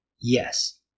Yes